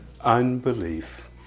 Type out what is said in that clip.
Unbelief